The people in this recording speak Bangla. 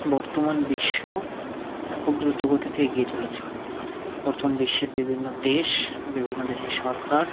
বর্তমান বিশ্ব খুব দ্রুত গতিতে এগিয়ে চলেছে বর্তমান বিশ্বের বিভিন্ন দেশ বিভিন্ন দেশের সরকার